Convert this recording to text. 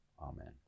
Amen